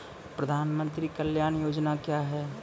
प्रधानमंत्री कल्याण योजना क्या हैं?